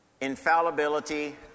Infallibility